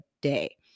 day